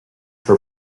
her